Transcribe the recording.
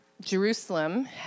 Jerusalem